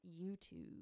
YouTube